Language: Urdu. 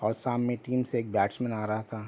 اور سامنے ٹیم سے ایک بیٹس مین آ رہا تھا